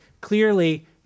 clearly